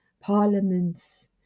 parliaments